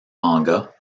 mangas